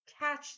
catch